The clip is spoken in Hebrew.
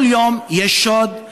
כל יום יש שוד,